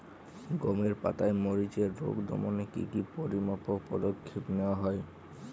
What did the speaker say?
গমের পাতার মরিচের রোগ দমনে কি কি পরিমাপক পদক্ষেপ নেওয়া হয়?